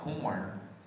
corn